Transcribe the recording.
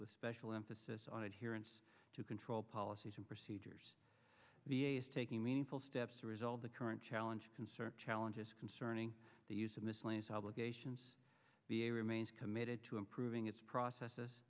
with special emphasis on adherence to control policies and procedures b a s taking meaningful steps to resolve the current challenge concert challenges concerning the use of miscellaneous obligations be a remains committed to improving its processes